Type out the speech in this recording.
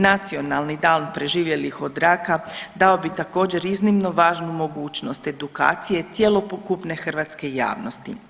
Nacionalni dan preživjelih od raka dao bi također iznimno važnu mogućnost edukacije cjelokupne hrvatske javnosti.